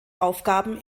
aufgaben